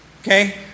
Okay